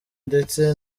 ndetse